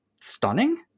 stunning